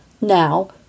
Now